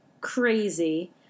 crazy